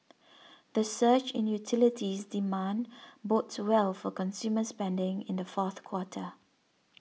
the surge in utilities demand bodes well for consumer spending in the fourth quarter